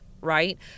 right